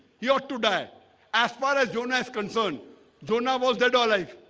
he ought to die as far as jonah is concerned jonah was dead or alive